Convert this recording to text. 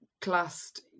classed